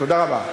תודה רבה.